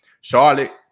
Charlotte